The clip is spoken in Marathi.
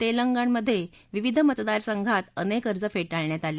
तेलंगणात विविध मतदारसंघात अनेक अर्ज फेटाळण्यात आले